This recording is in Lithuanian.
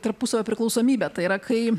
tarpusavio priklausomybę tai yra kai